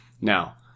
now